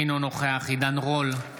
אינו נוכח עידן רול,